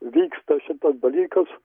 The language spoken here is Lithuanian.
vyksta šitas dalykas